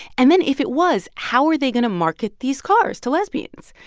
and then if it was, how are they going to market these cars to lesbians?